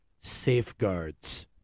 safeguards